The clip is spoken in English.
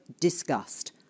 discussed